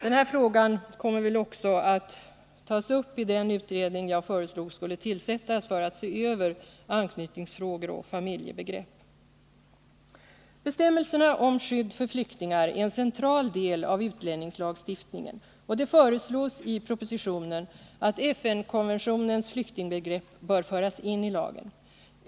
Den här frågan kommer också att tas upp i den utredning som jag föreslog skulle tillsättas för att se över anknytningsfrågor och familjebegrepp. Bestämmelserna om skydd för flyktingar är en central del av utlänningslagstiftningen, och i propositionen föreslås att FN-konventionens flyktingbegrepp bör föras in i lagen.